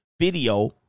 video